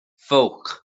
ffowc